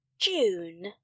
June